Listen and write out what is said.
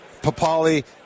Papali